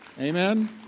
Amen